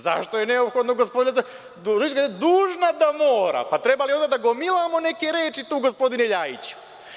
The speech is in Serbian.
Zašto je neophodno, gospodine Ljajiću, reći da je dužna da mora, pa treba li onda da gomilamo neke reči tu, gospodine Ljajiću?